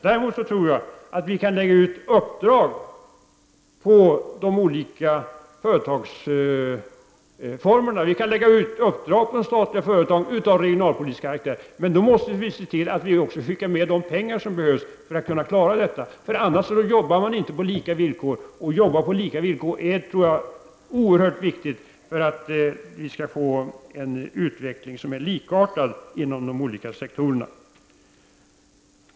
Däremot tror jag att vi kan lägga ut uppdrag på de olika företagsformerna. De statliga företagen kan få uppdrag av regionalpolitisk karaktär, men då måste vi se till att vi skickar med de pengar som behövs för att man skall kunna klara av det hela. Annars arbetar företagen inte på lika villkor. Och arbete på lika villkor är, tror jag, oerhört viktigt för att vi skall kunna få en likartad utveckling inom de olika sektorerna.